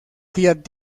fiat